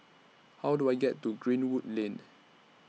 How Do I get to Greenwood Lane